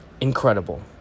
incredible